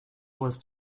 was